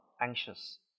anxious